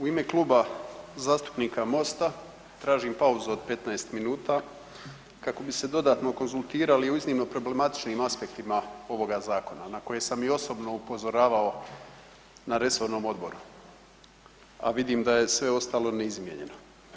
U ime Kluba zastupnika MOST-a tražim pauzu od 15 minuta kako bi se dodatno konzultirali o iznimno problematičnim aspektima ovoga zakona na koje sam i osobno upozoravao na resornom odboru, a vidim da je sve ostalo neizmijenjeno.